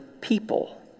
people